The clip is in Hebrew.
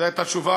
זו הייתה תשובה,